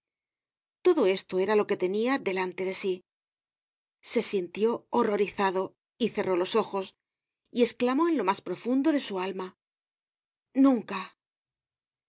todo esto era lo que tenia delante de sí se sintió horrorizado y cerró los ojos y esclamó en lo mas profundo de su alma nunca y